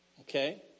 okay